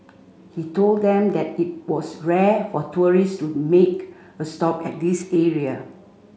he told them that it was rare for tourist to make a stop at this area